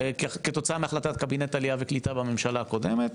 כתוצאה מהחלטת קבינט עלייה וקליטה בממשלה הקודמת,